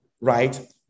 right